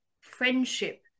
friendship